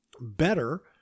Better